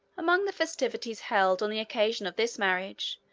among the festivities held on the occasion of this marriage,